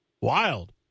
Wild